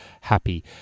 happy